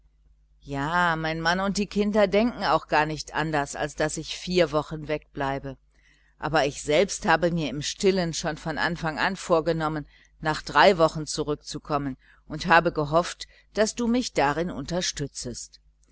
ja mein mann und die kinder denken auch gar nicht anders als daß ich vier wochen wegbleibe aber ich selbst habe mir im stillen von anfang an vorgenommen nach drei wochen zurückzukommen und habe gehofft daß du mich darin unterstützest